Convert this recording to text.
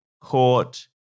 court